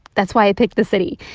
that's why i picked the city.